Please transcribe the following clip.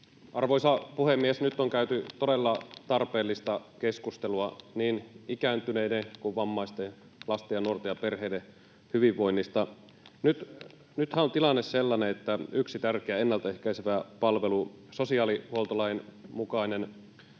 Arvoisa puhemies! Nyt on käyty todella tarpeellista keskustelua niin ikääntyneiden kuin vammaisten, lasten ja nuorten ja perheiden hyvinvoinnista. Nythän on tilanne sellainen, että yhdessä tärkeässä ennaltaehkäisevässä palvelussa, sosiaalihuoltolain mukaisen